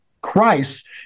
Christ